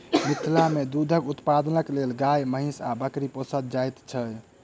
मिथिला मे दूधक उत्पादनक लेल गाय, महीँस आ बकरी पोसल जाइत छै